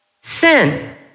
sin